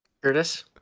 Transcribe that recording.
Curtis